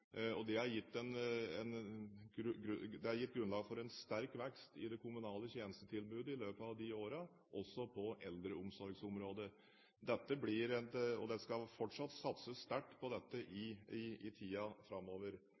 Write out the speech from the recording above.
Det har gitt grunnlag for en sterk vekst i det kommunale tjenestetilbudet i løpet av de årene, også på eldreomsorgsområdet, og det skal fortsatt satses sterkt på dette i tiden framover. I